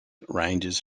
ranges